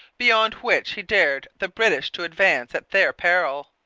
beyond which he dared the british to advance at their peril.